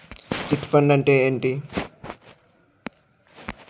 Chit fund అంటే ఏంటి?